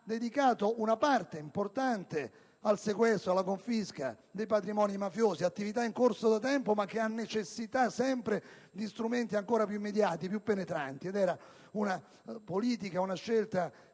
dedicato una parte importante al sequestro e alla confisca dei patrimoni mafiosi, attività in corso da tempo ma che necessita sempre di strumenti più immediati, più penetranti; una scelta politica che